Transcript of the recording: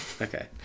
okay